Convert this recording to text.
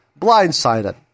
blindsided